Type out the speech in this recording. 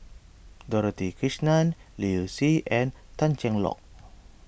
Dorothy Krishnan Liu Si and Tan Cheng Lock